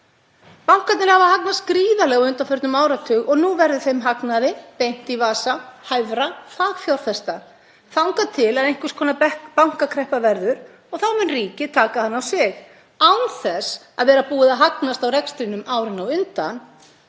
Bankarnir hafa hagnast gríðarlega á undanförnum áratug og nú verður þeim hagnaði beint í vasa hæfra fagfjárfesta þangað til einhvers konar bankakreppa verður og þá mun ríkið taka það á sig án þess að vera búið að hagnast á rekstrinum árin á undan.